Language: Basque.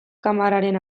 kameraren